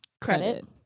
Credit